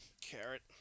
Carrot